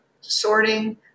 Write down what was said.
sorting